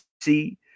see